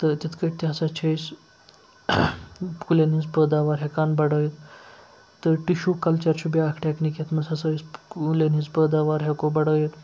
تہٕ تِتھ کٲٹھۍ تہِ ہَسا چھِ أسۍ کُلٮ۪ن ہِنٛز پٲداوار ہٮ۪کان بَڑٲوِتھ تہٕ ٹِشوٗ کَلچَر چھُ بیٛاکھ ٹٮ۪کنیٖک یَتھ منٛز ہَسا أسۍ کُلٮ۪ن ہِنٛز پٲداوار ہٮ۪کو بَڑٲوِتھ